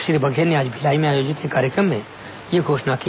श्री बघेल ने आज भिलाई में आयोजित एक कार्यक्रम में यह घोषणा की